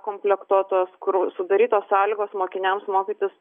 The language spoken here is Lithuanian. komplektuotos kur sudarytos sąlygos mokiniams mokytis